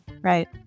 Right